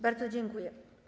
Bardzo dziękuję.